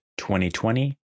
2020